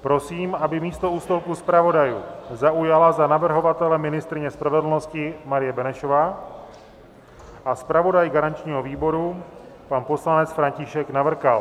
Prosím, aby místo u stolku zpravodajů zaujala za navrhovatele ministryně spravedlnosti Marie Benešová a zpravodaj garančního výboru pan poslanec František Navrkal.